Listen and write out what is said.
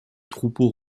troupeau